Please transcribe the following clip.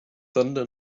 thunder